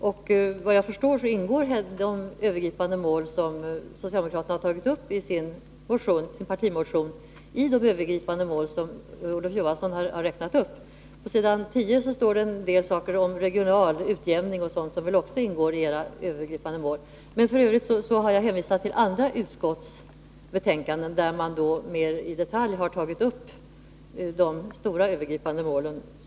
Efter vad jag förstår ingår de övergripande mål som socialdemokraterna har tagit uppisin partimotion bland dem som Olof Johansson här har räknat upp. Pås. 10 nämns bl.a. regional utjämning och sådant, som väl också ingår i era övergripande mål. Men f. ö. har jag hänvisat till andra utskotts betänkanden, där man mer i detalj har berört detta.